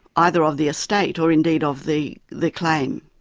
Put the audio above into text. either of the estate or indeed of the the claim.